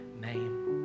name